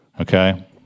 okay